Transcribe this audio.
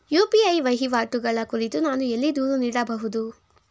UPI ವಹಿವಾಟುಗಳ ಕುರಿತು ನಾನು ಎಲ್ಲಿ ದೂರು ನೀಡಬಹುದು?